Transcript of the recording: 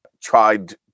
tried